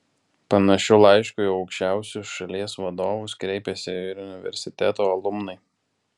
panašiu laišku į aukščiausius šalies vadovus kreipėsi ir universiteto alumnai